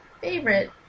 favorite